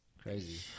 crazy